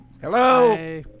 Hello